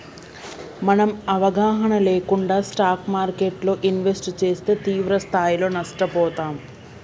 మనం అవగాహన లేకుండా స్టాక్ మార్కెట్టులో ఇన్వెస్ట్ చేస్తే తీవ్రస్థాయిలో నష్టపోతాం